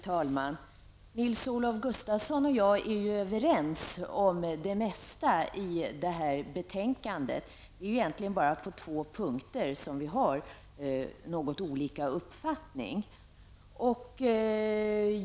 Fru talman! Nils-Olof Gustafsson och jag är överens om det mesta i det här betänkandet. Det är egentligen bara på två punkter som vi har något olika uppfattningar.